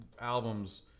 Albums